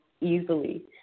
easily